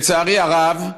לצערי הרב,